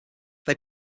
they